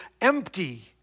empty